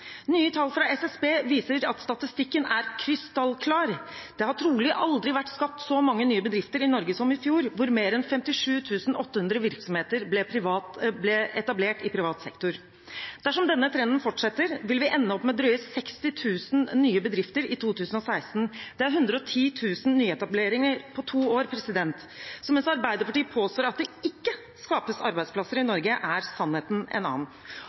Nye tall fra SSB viser at statistikken er krystallklar: Det har trolig aldri vært skapt så mange nye bedrifter i Norge som i fjor, da mer enn 57 800 virksomheter ble etablert i privat sektor. Dersom denne trenden fortsetter, vil vi ende opp med drøye 60 000 nye bedrifter i 2016. Det er 110 000 nyetableringer på to år. Så mens Arbeiderpartiet påstår at det ikke skapes arbeidsplasser i Norge, er sannheten en annen.